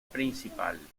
principal